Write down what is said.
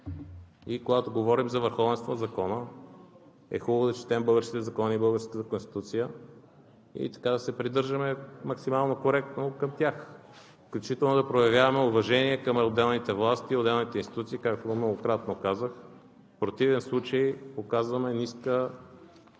Когато говорим за върховенство на закона, е хубаво да четем българските закони и българската Конституция и така да се придържаме максимално коректно към тях, включително да проявяваме уважение към отделните власти, отделните институции, както многократно казах. В противен случай показваме ниска